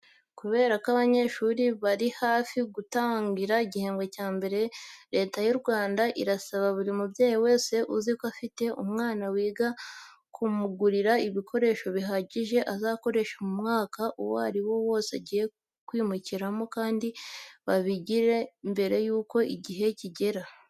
Kubera ko abanyeshuri bari hafi gutangura igihembwe cya mbere, Leta y'u Rwanda irasaba buri mubyeyi wese uziko afite umwana wiga, kumugurira ibikoresho bihagije azakoresha mu mwaka uwo ari wo wose agiye kwimukiramo, kandi babigure mbere y'uko igihe kigera.